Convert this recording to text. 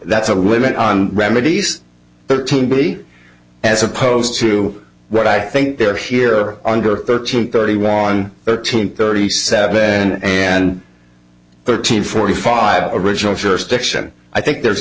that's a limit on remedies thirteen body as opposed to what i think they're here under thirteen thirty one thirteen thirty seven then and thirteen forty five original jurisdiction i think there's